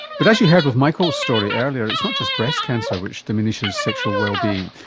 but as you heard with michael's story earlier it's not just breast cancer which diminishes sexual wellbeing.